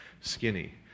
skinny